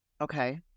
Okay